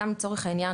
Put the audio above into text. סתם לצורך העניין,